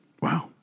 Wow